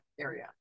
area